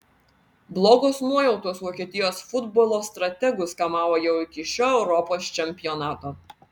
blogos nuojautos vokietijos futbolo strategus kamavo jau iki šio europos čempionato